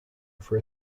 for